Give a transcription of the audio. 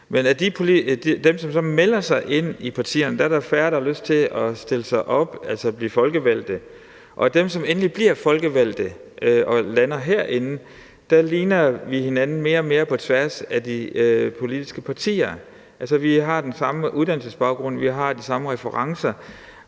af dem, som så melder sig ind i partierne, er der færre, der har lyst til at stille sig op, altså blive folkevalgte. Og hvad angår dem, som endelig bliver folkevalgte og lander herinde, ligner vi hinanden mere og mere på tværs af de politiske partier: Vi har den samme uddannelsesbaggrund, og vi har de samme referencer.